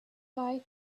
guy